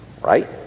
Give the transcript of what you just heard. Right